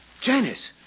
Janice